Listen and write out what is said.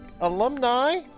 alumni